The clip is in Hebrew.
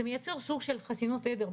זה מייצר סוג של חסינות עדר.